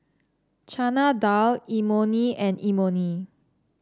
Chana Dal Imoni and Imoni